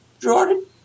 Jordan